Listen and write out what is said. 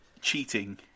...cheating